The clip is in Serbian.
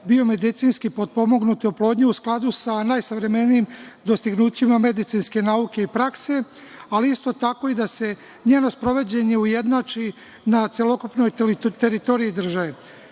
biomedicinske potpomognute oplodnje u skladu sa najsavremenijim dostignućima medicinske nauke i prakse, ali isto tako i da se njeno sprovođenje ujednači na celokupnoj teritoriji države. Nakon